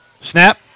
Snap